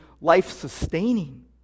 life-sustaining